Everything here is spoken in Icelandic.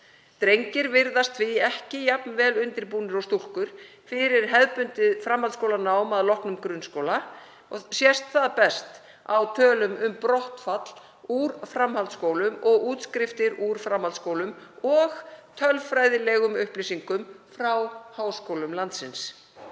Drengir virðast því ekki jafn vel undirbúnir og stúlkur fyrir hefðbundið framhaldsskólanám að loknum grunnskóla. Það sést á tölum um brottfall úr framhaldsskólum og útskriftum úr framhaldsskólum og tölfræðilegum upplýsingum frá háskólum landsins.